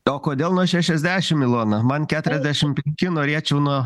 o kodėl nuo šešiasdešim ilona man keturiasdešim penki norėčiau nuo